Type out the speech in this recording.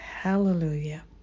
Hallelujah